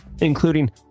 including